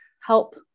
help